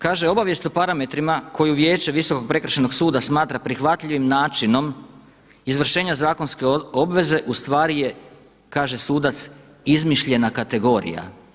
Kaže, obavijest o parametrima koju Vijeće Visokog prekršajnog suda smatra prihvatljivim načinom izvršenja zakonske obveze ustvari je, kaže sudac, izmišljena kategorija.